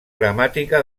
gramàtica